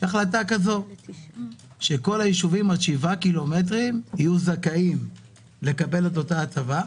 שכל הישובים עד שבעה קילומטרים יהיו זכאים לקבל את אותה הטבה.